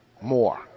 more